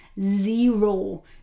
zero